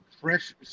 Fresh